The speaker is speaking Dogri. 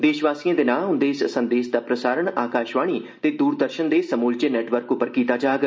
देशवासिएं दे नांऽ उन्दे इस संदेश दा प्रसारण आकाशवाणी ते दूरदर्शन दे समूलचे नेटवर्क पर कीता जाग